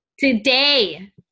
Today